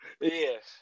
Yes